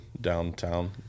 downtown